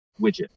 widget